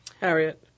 Harriet